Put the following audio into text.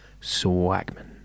SWAGMAN